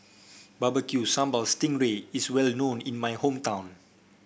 Barbecue Sambal Sting Ray is well known in my hometown